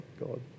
God